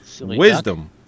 Wisdom